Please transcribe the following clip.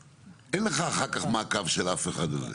בסוף אין לך אחר כך מעקב של אף אחד על זה.